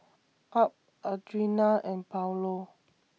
Ab Audrina and Paulo